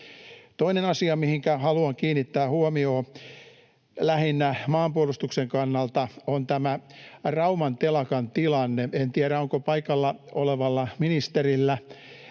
Toinen asia, mihinkä haluan kiinnittää huomion lähinnä maanpuolustuksen kannalta, on tämä Rauman telakan tilanne. En tiedä, onko paikalla olevalla ministerillä